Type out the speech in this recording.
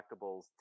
collectibles